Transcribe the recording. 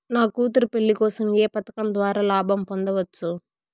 నా కూతురు పెళ్లి కోసం ఏ పథకం ద్వారా లాభం పొందవచ్చు?